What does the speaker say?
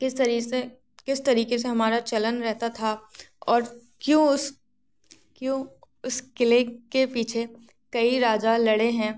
किस तरह से किस तरीक़े से हमारा चलन रहता था और क्यों उस क्यों उस क़िले के पीछे कई राजा लड़े हैं